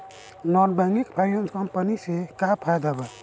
Non banking financial company से का फायदा बा?